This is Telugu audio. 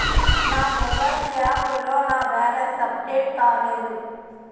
నా మొబైల్ యాప్ లో నా బ్యాలెన్స్ అప్డేట్ కాలేదు